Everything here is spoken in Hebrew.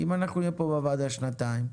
אם אנחנו נהיה פה בוועדה שנתיים,